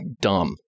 dumb